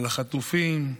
על החטופים,